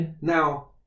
Now